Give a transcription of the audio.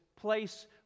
place